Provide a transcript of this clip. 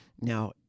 Now